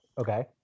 Okay